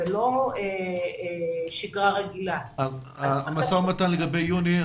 זאת לא שגרה רגילה המשא ומתן לגבי יוני,